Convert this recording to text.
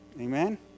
Amen